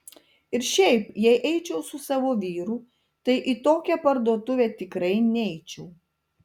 ir šiaip jei eičiau su savo vyru tai į tokią parduotuvę tikrai neičiau